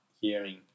hearing